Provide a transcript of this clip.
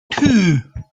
two